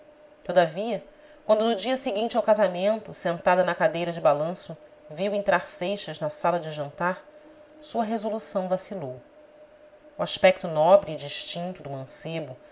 todavia quando no dia seguinte ao casamento sentada na cadeira de balanço viu entrar seixas na sala de jantar sua resolução vacilou o aspecto nobre e distinto do mancebo